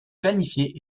planifiée